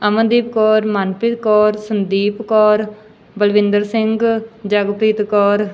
Amandeep Kaur Manpreet Kaur Sandeep Kaur Balwinder Singh Jagpreet Kaur